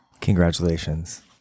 Congratulations